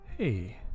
Hey